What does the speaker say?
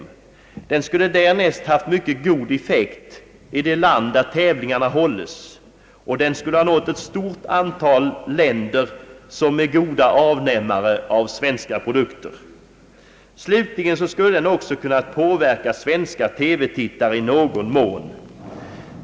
Där jämte skulle reklamen ha haft mycket god effekt i det land där tävlingarna hålles, och den skulle ha nått ett stort antal länder, som är goda avnämare av svenska produkter. Slutligen skulle reklamen också ha kunnat påverka svenska tittare i någon mån.